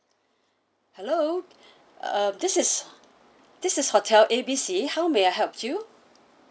hello uh this is this is hotel A B C how may I help you